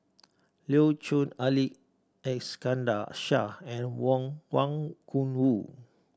Louis Chen Ali Iskandar Shah and Wong Wang Gungwu